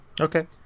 okay